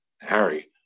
Harry